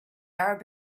arab